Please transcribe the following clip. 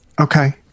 okay